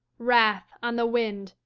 wrath on the wind,